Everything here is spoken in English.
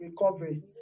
recovery